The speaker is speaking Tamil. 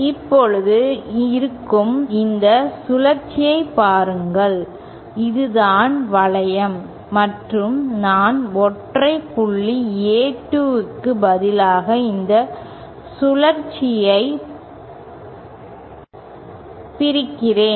இப்போது இருக்கும் இந்த சுழற்சியைப் பாருங்கள் இதுதான் வளையம் மற்றும் நான் ஒற்றை புள்ளி A2 க்கு பதிலாக இந்த சுழற்சியைப் பிரிக்கிறேன்